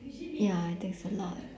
ya it takes a lot